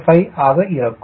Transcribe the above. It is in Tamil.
05 ஆக வரும்